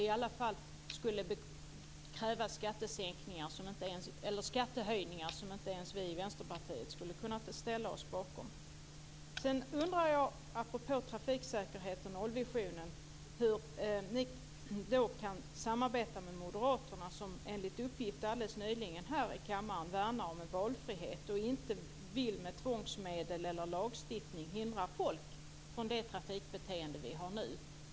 I alla fall skulle det krävas skattehöjningar som inte ens vi i Vänsterpartiet skulle kunna ställa oss bakom. Sedan undrar jag apropå trafiksäkerheten och nollvisionen hur ni kan samarbeta med moderaterna, som enligt uppgift alldeles nyligen här i kammaren ville värna valfrihet och inte med tvångsmedel eller lagstiftning vill hindra folk från det trafikbeteende vi har nu.